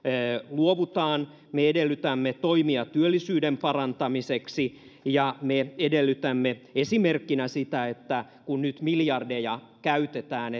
luovutaan me edellytämme toimia työllisyyden parantamiseksi ja me edellytämme esimerkkinä sitä että kun nyt miljardeja käytetään